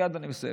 מייד אני מסיים,